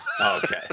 Okay